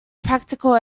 practical